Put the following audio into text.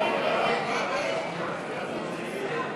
ההסתייגויות